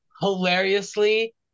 hilariously